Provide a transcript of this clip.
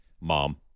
Mom